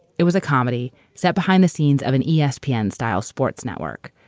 it was a comedy set behind the scenes of an yeah espn-style sports network.